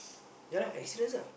ya lah accidents lah